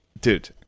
dude